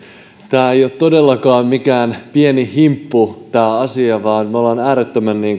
tämä asia ei ole todellakaan mikään pieni himppu vaan me olemme äärettömän